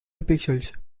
pixels